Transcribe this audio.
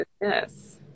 yes